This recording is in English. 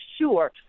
sure